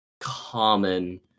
common